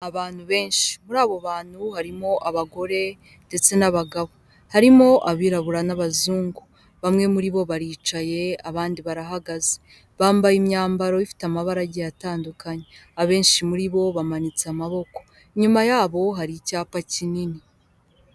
Abantu benshi muri abo bantu harimo abagore ndetse n'abagabo, harimo abirabura n'abazungu, bamwe muri bo baricaye abandi barahagaze. Bambaye imyambaro ifite amabara agiye atandukanye, abenshi muri bo bamanitse amaboko, inyuma yabo hari icyapa kinini.